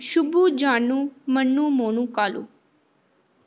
Shubhu Janu Manu Monu Kalu